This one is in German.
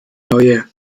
neue